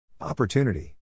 Opportunity